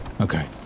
Okay